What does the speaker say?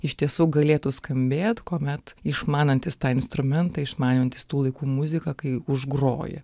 iš tiesų galėtų skambėt kuomet išmanantys tą instrumentą išmanantys tų laikų muziką kai užgroja